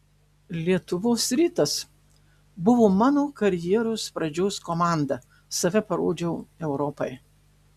lietuvos rytas buvo mano karjeros pradžios komanda save parodžiau europai